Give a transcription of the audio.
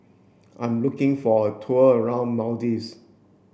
I'm looking for a tour around Maldives